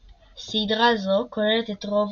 סדרה זו כוללת את רוב